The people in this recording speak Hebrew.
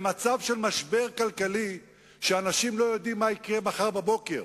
במצב של משבר כלכלי שאנשים לא יודעים מה יקרה מחר בבוקר.